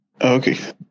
okay